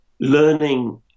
learning